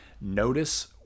notice